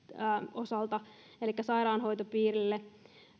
osalta elikkä sairaanhoitopiirille